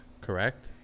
correct